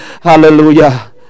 Hallelujah